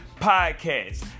Podcast